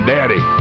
Daddy